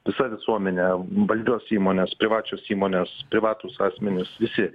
visa visuomenė valdžios įmonės privačios įmonės privatūs asmenys visi